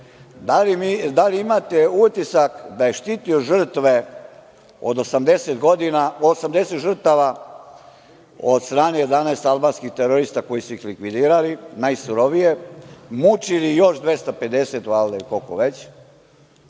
Da li imate utisak da je sud štitio 80 žrtava od strane 11 albanskih terorista, koji su ih likvidirali najsurovije, mučili još 250 ili koliko već?